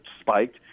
spiked